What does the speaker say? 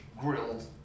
grilled